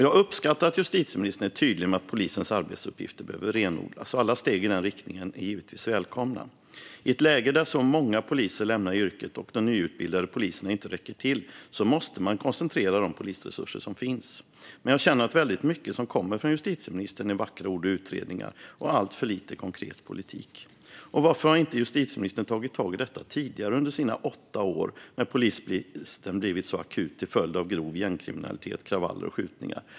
Jag uppskattar att justitieministern är tydlig med att polisens arbetsuppgifter behöver renodlas, och alla steg i den riktningen är givetvis välkomna. I ett läge där så många poliser lämnar yrket och de nyutbildade poliserna inte räcker till måste man koncentrera de polisresurser som finns. Men jag känner att väldigt mycket som kommer från justitieministern är vackra ord och utredningar och alltför lite konkret politik. Varför har inte justitieministern tagit tag i detta tidigare under sina åtta år när polisbristen blivit så akut till följd av grov gängkriminalitet, kravaller och skjutningar?